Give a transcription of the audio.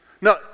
No